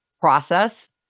process